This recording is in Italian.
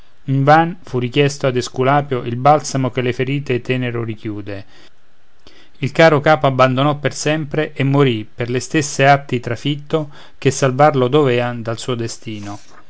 intriso invan fu chiesto ad esculapio il balsamo che le ferite tenero rinchiude il caro capo abbandonò per sempre e morì per le stesse arti trafitto che salvarlo dovean dal suo destino